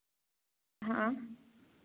हाँ